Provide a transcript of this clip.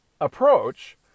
approach